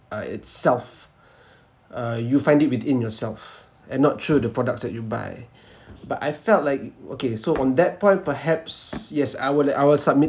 are itself uh you find it within yourself and not through the products that you buy but I felt like okay so on that point perhaps yes I will li~ I will submit